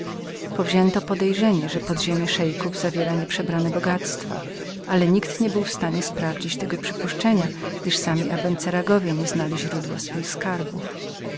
uwagę powzięto podejrzenie że podziemie szeików zawierało nieprzebrane bogactwa ale nikt nie był w stanie sprawdzić tego mniemania gdyż sami abenseragi nie znali źródła swych skarbów